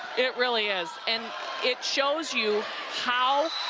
it really is. and it shows you how